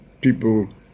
people